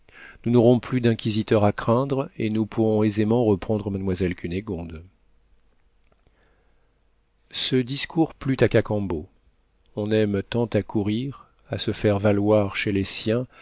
nous n'aurons plus d'inquisiteurs à craindre et nous pourrons aisément reprendre mademoiselle cunégonde ce discours plut à cacambo on aime tant à courir à se faire valoir chez les siens